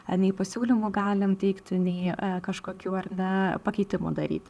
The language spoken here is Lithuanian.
anei pasiūlymų galim teikti nei kažkokių ar ne pakeitimų daryt